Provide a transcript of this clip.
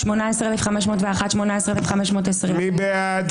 18,201 עד 18,220. מי בעד?